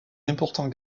important